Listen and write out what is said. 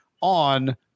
on